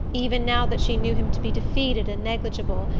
even now that she knew him to be defeated and negligible,